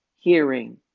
hearing